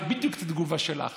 בדיוק את התגובה שלך,